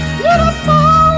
beautiful